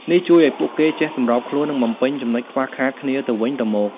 នេះជួយឱ្យពួកគេចេះសម្របខ្លួន និងបំពេញចំនុចខ្វះខាតគ្នាទៅវិញទៅមក។